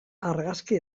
argazki